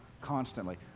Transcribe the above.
constantly